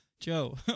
Joe